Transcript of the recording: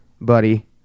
buddy